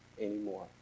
anymore